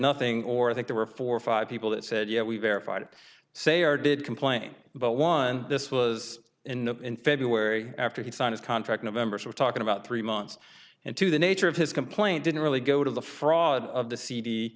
nothing or that there were four or five people that said yeah we verified it say or did complain but one this was in in february after he signed his contract members were talking about three months into the nature of his complaint didn't really go to the fraud of the c